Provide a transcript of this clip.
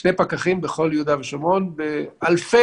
שני פקחים בכל יהודה ושומרון באלפי